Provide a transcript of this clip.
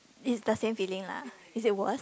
is the same feeling lah is it worse